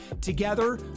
Together